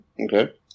Okay